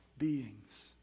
beings